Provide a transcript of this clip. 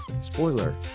spoiler